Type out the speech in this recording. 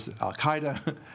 Al-Qaeda